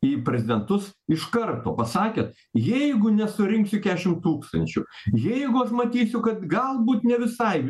į prezidentus iš karto pasakėt jeigu nesurinksiu kešim tūkstančių jeigu vat matysiu kad galbūt ne visai